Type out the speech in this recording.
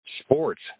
sports